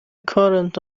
current